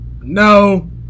No